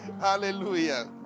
Hallelujah